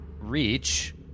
reach